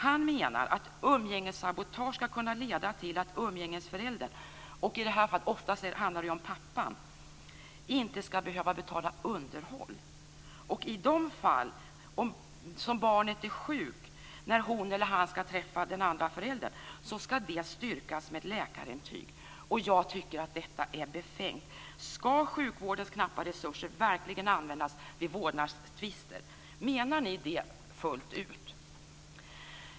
Han menar att umgängessabotage ska kunna leda till att umgängesföräldern, oftast handlar det om pappan, inte ska behöva betala underhåll. Och i de fall barnet är sjukt när hon eller han ska träffa den andra föräldern ska det styrkas med läkarintyg. Jag tycker att detta är befängt. Ska sjukvårdens knappa resurser verkligen användas vid vårdnadstvister? Menar ni det fullt ut?